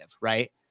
right